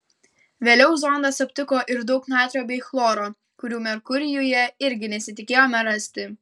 vėliau zondas aptiko ir daug natrio bei chloro kurių merkurijuje irgi nesitikėjome rasti